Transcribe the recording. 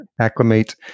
acclimate